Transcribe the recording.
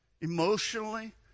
emotionally